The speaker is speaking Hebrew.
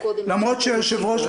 למרות שיושב-ראש,